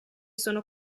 sono